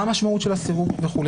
מה המשמעות של הסירוב וכו',